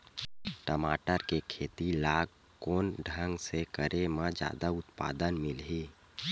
टमाटर के खेती ला कोन ढंग से करे म जादा उत्पादन मिलही?